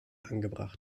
angebracht